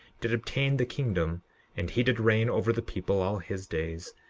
did obtain the kingdom and he did reign over the people all his days.